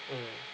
mm